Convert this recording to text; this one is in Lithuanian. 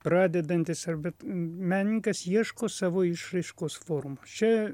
pradedantis ar bet menininkas ieško savo išraiškos formos čia